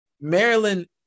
Maryland